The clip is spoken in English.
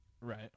Right